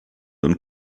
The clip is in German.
und